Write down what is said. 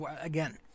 again